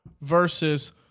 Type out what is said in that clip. Versus